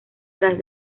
tras